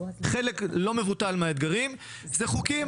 חלק לא מבוטל מהאתגרים זה חוקים,